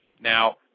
Now